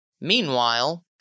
Meanwhile